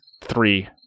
Three